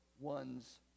one's